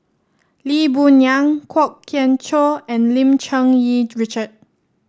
Lee Boon Yang Kwok Kian Chow and Lim Cherng Yih Richard